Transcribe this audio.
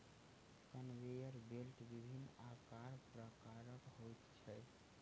conveyor belt विभिन्न आकार प्रकारक होइत छै